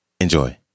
Enjoy